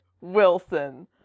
Wilson